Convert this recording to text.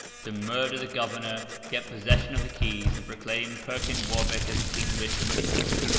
to murder the governor, get possession of the keys, and proclaim perkin warbeck as king richard the fourth.